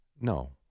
No